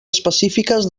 específiques